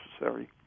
necessary